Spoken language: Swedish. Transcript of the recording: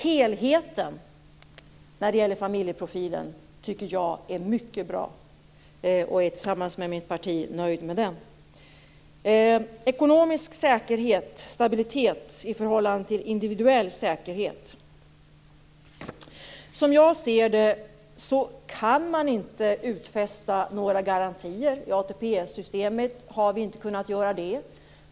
Helheten i familjeprofilen är mycket bra. Jag är tillsammans med mitt parti nöjd med den. Sedan var det frågan om ekonomisk säkerhet, stabilitet i förhållande till individuell säkerhet. Man kan inte utfästa några garantier. Det har inte gått i ATP-systemet.